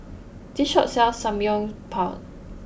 this shop sells Samgyeopsal